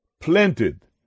planted